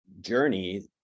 journey